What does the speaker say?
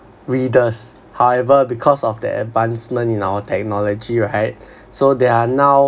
readers however because of the advancement in our technology right so there are now